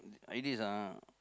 ideas ah